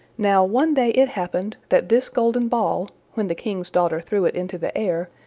now, one day it happened, that this golden ball, when the king's daughter threw it into the air,